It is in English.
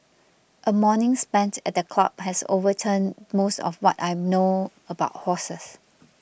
a morning spent at the club has overturned most of what I know about horses